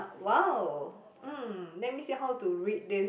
!wow! mm let me see how to read this